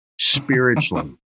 spiritually